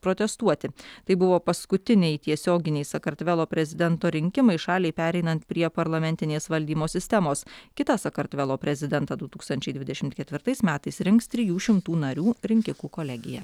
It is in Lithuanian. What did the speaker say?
protestuoti tai buvo paskutiniai tiesioginiai sakartvelo prezidento rinkimai šaliai pereinant prie parlamentinės valdymo sistemos kitą sakartvelo prezidentą du tūkstančiai dvidešimt ketvirtais metais rinks trijų šimtų narių rinkikų kolegija